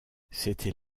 c’était